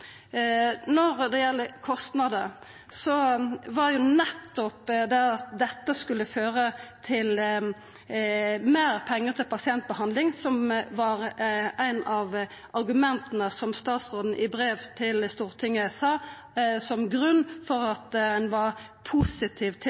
Når det gjeld kostnader, var det nettopp at dette skulle føra til meir pengar til pasientbehandling, som var eit av argumenta som statsråden i brev til Stortinget sa var grunnen til at ein var positiv til